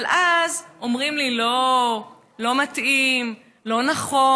אבל אז אומרים לי: לא, לא מתאים, לא נכון.